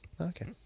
Okay